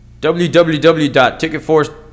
www.ticketforce